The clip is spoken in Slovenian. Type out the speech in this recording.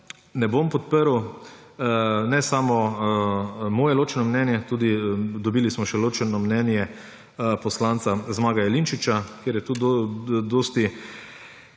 ne bom podprl. Ne samo moje ločeno mnenje, tudi smo dobili še ločeno mnenje poslanca Zmaga Jelinčiča, kjer tudi dosti